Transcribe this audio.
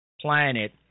planet